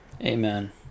Amen